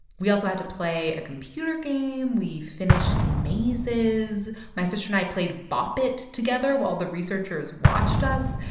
we also had to play a computer game. we finished mazes. my sister and i played bop it together while the researchers watched us.